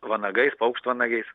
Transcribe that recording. vanagais paukštvanagiais